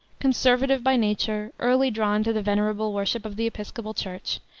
conservative by nature, early drawn to the venerable worship of the episcopal church,